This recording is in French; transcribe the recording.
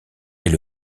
est